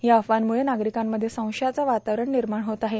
या अफवांम्ळं नागरिकांमध्ये संशयाचं वातावरण निर्माण होत आहे